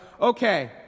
okay